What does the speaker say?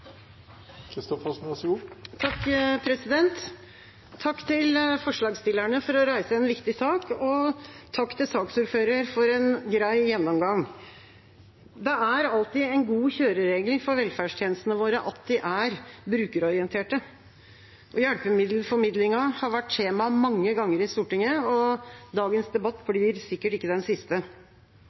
Takk til forslagsstillerne for å reise en viktig sak, og takk til saksordføreren for en grei gjennomgang. Det er alltid en god kjøreregel for velferdstjenestene våre at de er brukerorienterte. Hjelpemiddelformidlingen har vært tema mange ganger i Stortinget, og dagens debatt blir sikkert ikke den siste.